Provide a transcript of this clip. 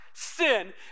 Sin